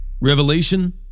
Revelation